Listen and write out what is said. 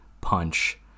punch